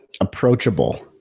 approachable